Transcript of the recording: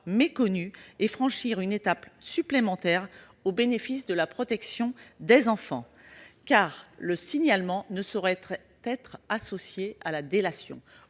méconnu, et franchir une étape supplémentaire au bénéfice de la protection des enfants. Car le signalement ne saurait être associé à la délation